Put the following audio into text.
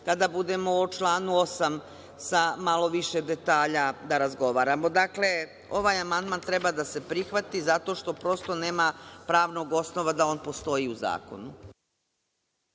kada budemo o članu 8. sa malo više detalja da razgovaramo. Dakle, ovaj amandman treba da se prihvati zato što prosto nema pravnog osnova da on postoji u zakonu.